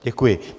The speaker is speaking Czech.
Děkuji.